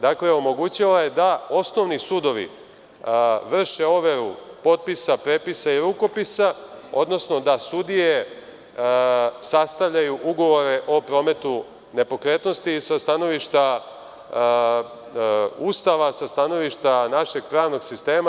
Dakle, omogućila je da osnovni sudovi vrše proveru potpisa, prepisa i rukopisa, odnosno da sudije sastavljaju ugovore o prometu nepokretnosti sa stanovišta Ustava, sa stanovišta našeg pravnog sistema.